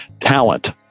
talent